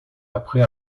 après